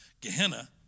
Gehenna